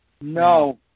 No